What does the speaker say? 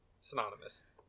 Synonymous